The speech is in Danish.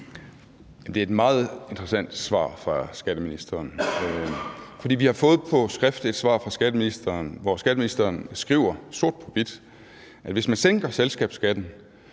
Det er et meget interessant svar fra skatteministeren. For vi har fået på skrift et svar fra skatteministeren, hvor skatteministeren sort på hvidt skriver, at hvis man sænker selskabsskatten,